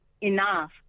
enough